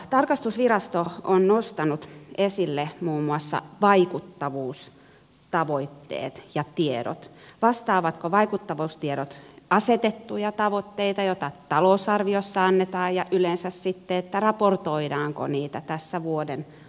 tarkastusvirasto on nostanut esille muun muassa vaikuttavuustavoitteet ja tiedot vastaavatko vaikuttavuustiedot asetettuja tavoitteita joita talousarviossa annetaan ja yleensä sitten raportoidaanko niitä tässä vuoden päättyessä